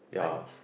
nice